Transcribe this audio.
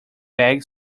bag